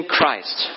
Christ